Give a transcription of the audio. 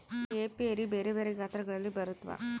apiary ಬೆರೆ ಬೆರೆ ಗಾತ್ರಗಳಲ್ಲಿ ಬರುತ್ವ